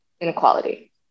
inequality